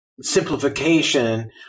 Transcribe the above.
simplification